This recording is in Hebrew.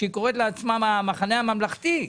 שקוראת לעצמה המחנה הממלכתי.